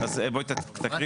אז בואו תקריאי.